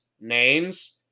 names